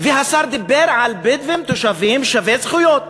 והשר דיבר על בדואים תושבים שווי זכויות.